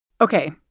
Okay